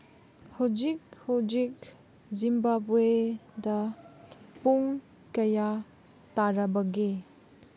ꯍꯧꯖꯤꯛ ꯍꯧꯖꯤꯛ ꯖꯤꯝꯕꯥꯕꯋꯦꯗ ꯄꯨꯡ ꯀꯌꯥ ꯇꯥꯔꯕꯒꯦ